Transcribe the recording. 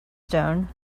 stone